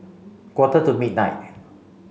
quarter to midnight